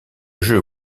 jeu